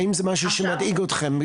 האם זה משהו שמדאיג אתכם?